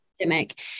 pandemic